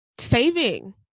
saving